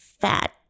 fat